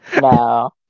No